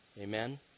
Amen